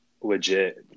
legit